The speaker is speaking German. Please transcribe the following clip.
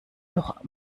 noch